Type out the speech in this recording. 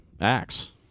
acts